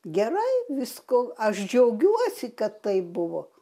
gerai visko aš džiaugiuosi kad taip buvo